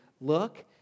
look